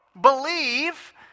believe